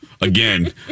Again